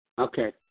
Okay